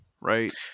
right